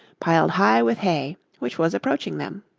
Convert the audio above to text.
piled high with hay, which was approaching them.